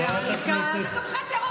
חלאס, היא מדברת.